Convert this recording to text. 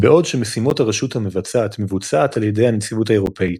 בעוד שמשימות הרשות המבצעת מבוצעות על ידי הנציבות האירופית.